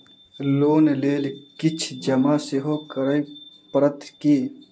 Loan लेल किछ जमा सेहो करै पड़त की?